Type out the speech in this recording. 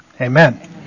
amen